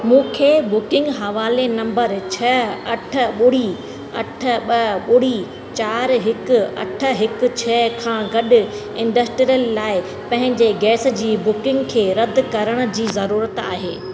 मूंखे बुकिंग हवाले नंबर छ अठ ॿुड़ी अठ ॿ ॿुड़ी चारि हिकु अठ हिकु छ खां गॾु इंडस्ट्रियल लाइ पंहिंजे गैस जी बुकिंग खे रद्द करण जी ज़रूरत आहे